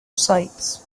sites